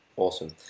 Awesome